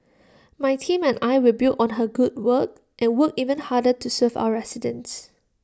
my team and I will build on her good work and work even harder to serve our residents